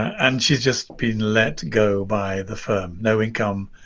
and she's just been let go by the firm. no income.